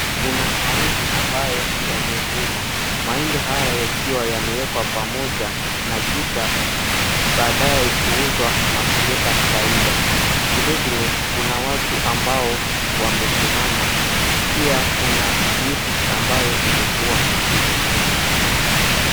Kuna mahindi ambayo yamevunwa mahindi haya yakiwa yamewekwa pamoja na kisha baadaye kuuzwa na kuleta faida . Vilevile kuna watu ambao wamesimama pia kuna miti amabyo imekuwa mikubwa.